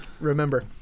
remember